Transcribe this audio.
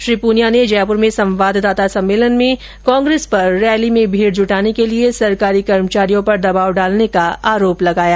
श्री पूनिया ने जयपुर में संवाददाता सम्मेलन में कांग्रेस पर रैली में भीड़ जुटाने के लिए सरकारी कर्मचारियों पर दबाव डालने का आरोप लगाया